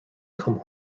come